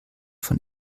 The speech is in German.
von